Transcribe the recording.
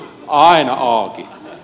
aena aaki